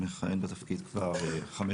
מכהן בתפקיד כבר חמש